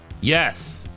yes